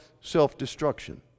self-destruction